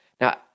Now